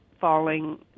falling